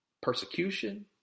persecution